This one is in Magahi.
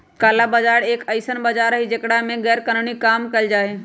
काला बाजार एक ऐसन बाजार हई जेकरा में गैरकानूनी काम कइल जाहई